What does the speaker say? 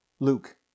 Luke